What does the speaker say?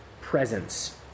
presence